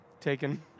taken